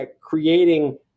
creating